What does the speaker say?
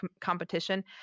competition